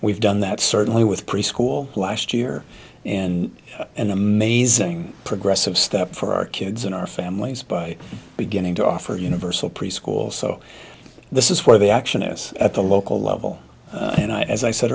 we've done that certainly with preschool last year and an amazing progressive step for our kids and our families by beginning to offer universal preschool so this is where the action is at the local level and i as i said